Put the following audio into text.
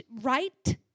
right